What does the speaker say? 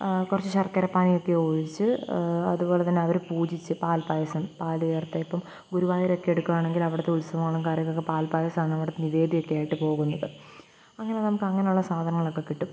കുറച്ച് ശർക്കരപ്പാനിയൊക്കെ ഒഴിച്ച് അതുപോലെതന്നെ അവര് പൂജിച്ച് പാൽപ്പായസം പാല് ചേർത്തെ ഇപ്പോള് ഗുരുവായൂരൊക്കെ എടുക്കുകയാണെങ്കിൽ അവിടത്തെ ഉത്സവങ്ങൾക്കും കാര്യങ്ങൾക്കൊക്കെ പാൽപ്പായസമാണവിടുത്തെ നിവേദ്യമൊക്കെയായിട്ട് പോവുന്നത് അങ്ങനെ നമുക്ക് അങ്ങനെയുള്ള സാധനങ്ങളൊക്കെ കിട്ടും